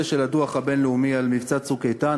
של הדוח הבין-לאומי על מבצע "צוק איתן",